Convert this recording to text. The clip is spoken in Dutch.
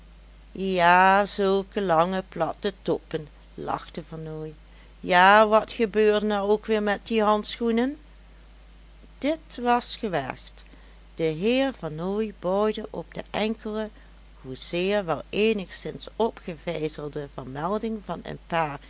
ja zulke lange platte toppen lachte vernooy ja wat gebeurde er ook weer met die handschoenen dit was gewaagd de heer vernooy bouwde op de enkele hoezeer wel eenigszins opgevijzelde vermelding van een paar